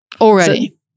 already